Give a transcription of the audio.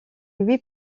huit